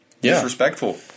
disrespectful